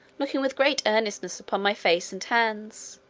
looking with great earnestness upon my face and hands.